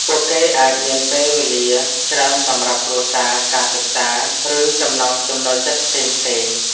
ពួកគេអាចមានពេលវេលាច្រើនសម្រាប់គ្រួសារ ការសិក្សា ឬចំណង់ចំណូលចិត្តផ្សេងៗ។